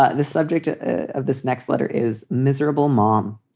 ah the subject of this next letter is miserable. mom,